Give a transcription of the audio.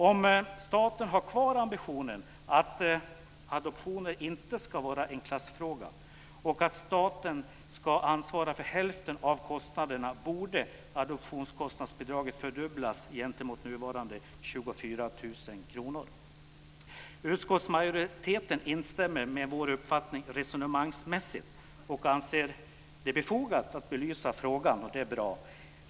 Om staten har kvar ambitionen att adoptioner inte ska vara en klassfråga och att staten ska ansvara för hälften av kostnaderna borde adoptionskostnadsbidraget fördubblas gentemot nuvarande 24 000 kr. Utskottsmajoriteten instämmer i vår uppfattning resonemangsmässigt och anser det befogat att belysa frågan. Det är bra.